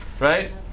Right